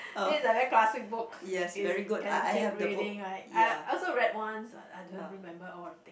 this is like very classic book is can keep reading like I also read once but I don't remember all the thing